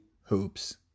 hoops